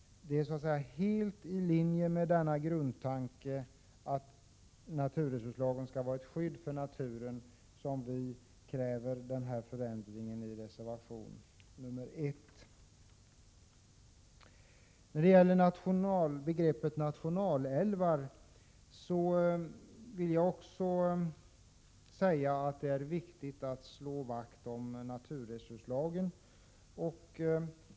Det är helt i linje med denna grundtanke — att naturresurslagen skall vara ett skydd för naturen — som vi i vår reservation nr 1 kräver en förändring. När det gäller begreppet nationalälvar vill jag också säga att det är viktigt att slå vakt om naturresurslagen.